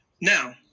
Now